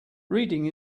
reading